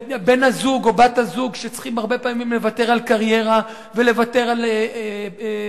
בן-הזוג או בת-הזוג צריכים הרבה פעמים לוותר על קריירה ולוותר על הכנסה,